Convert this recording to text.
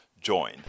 join